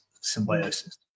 symbiosis